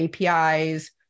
APIs